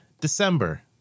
December